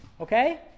Okay